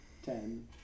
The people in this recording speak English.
Ten